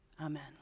Amen